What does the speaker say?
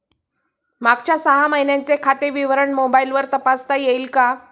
मागच्या सहा महिन्यांचे खाते विवरण मोबाइलवर तपासता येईल का?